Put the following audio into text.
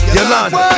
Yolanda